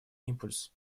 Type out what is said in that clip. импульс